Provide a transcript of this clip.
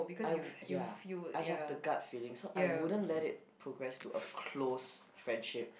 I ya I have the gut feeling so I wouldn't let it progress to a close friendship